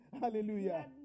Hallelujah